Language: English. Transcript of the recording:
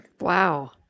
Wow